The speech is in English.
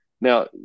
Now